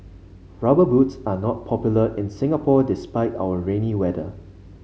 rubber boots are not popular in Singapore despite our rainy weather